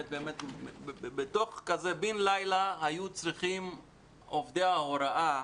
בין לילה עובדי ההוראה,